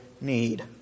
need